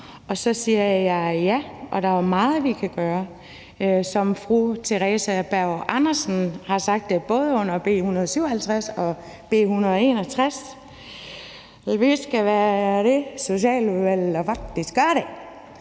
Og så siger jeg: Ja, der er meget, vi kan gøre. Som fru Theresa Berg Andersen har sagt både under B 157 og B 161: Vi skal være det Socialudvalg, der faktisk gør det.